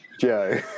Joe